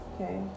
Okay